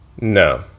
No